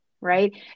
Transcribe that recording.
right